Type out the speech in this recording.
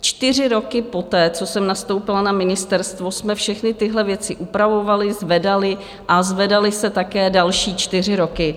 Čtyři roky poté, co jsem nastoupila na ministerstvo, jsme všechny tyhle věci upravovali, zvedali a zvedaly se také další čtyři roky.